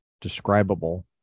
describable